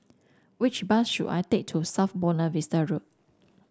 which bus should I take to South Buona Vista Road